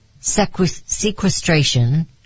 sequestration